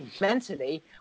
Mentally